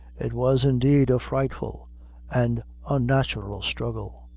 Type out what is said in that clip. it was indeed a frightful and unnatural struggle.